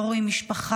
לא רואים משפחה,